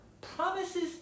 promises